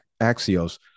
Axios